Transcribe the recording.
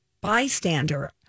bystander